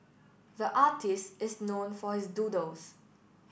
the artist is known for his doodles